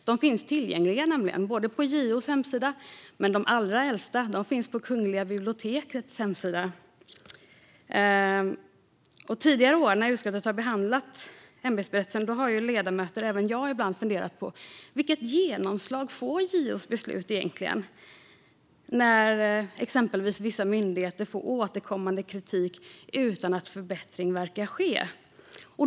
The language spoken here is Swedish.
De finns tillgängliga på JO:s hemsida, men de allra äldsta finns på Kungliga bibliotekets hemsida. Tidigare år när utskottet har behandlat ämbetsberättelsen har ledamöter, även jag, ibland funderat över vilket genomslag JO:s beslut egentligen får när exempelvis vissa myndigheter får återkommande kritik utan att förbättring verkar ske.